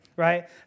right